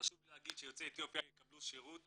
וחשוב לי להגיד שיוצאי אתיופיה יקבלו שירות